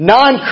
non